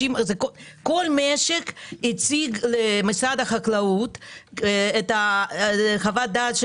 כל משק הציג למשרד החקלאות חוות דעת של